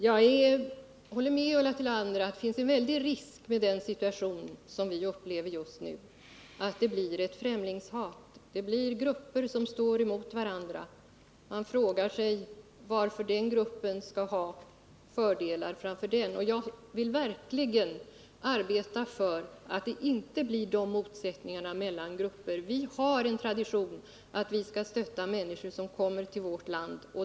Jag håller med Ulla Tillander om att det finns en stor risk med den situation som vi upplever just nu — att det blir ett främlingshat och att det blir grupper som står emot varandra. Man frågar sig varför en grupp skall ha fördelar framför en annan. Jag vill verkligen arbeta för att det inte uppstår sådana motsättningar mellan olika grupper. Vi har en tradition att vi skall stödja människor som kommer till vårt land.